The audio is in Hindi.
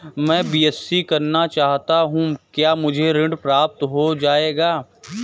मैं बीएससी करना चाहता हूँ क्या मुझे ऋण प्राप्त हो जाएगा?